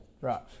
Right